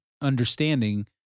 understanding